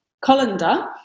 colander